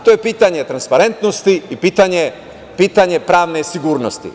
To je pitanje transparentnosti i pitanje pravne sigurnosti.